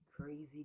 crazy